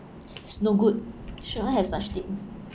is not good shouldn't have such things